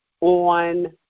on